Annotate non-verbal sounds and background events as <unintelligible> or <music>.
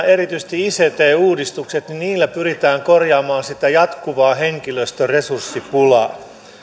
<unintelligible> erityisesti näillä ict uudistuksilla pyritään korjaamaan sitä jatkuvaa henkilöstöresurssipulaa